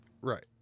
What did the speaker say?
Right